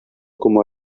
como